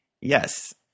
Yes